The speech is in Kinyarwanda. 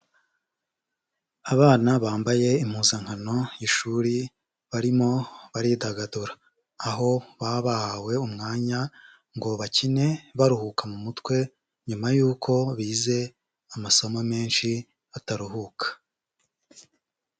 Abana bambaye impuzankano y'ishuri barimo baridagadura, aho baba bahawe umwanya ngo bakine baruhuka mu mutwe nyuma yuko bize amasomo menshi bataruhuka.